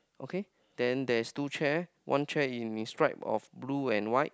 okay then there is two chair one chair in stripe of blue and white